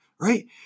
Right